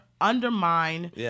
undermine